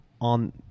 on